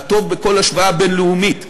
הטוב בכל השוואה בין-לאומית,